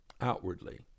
outwardly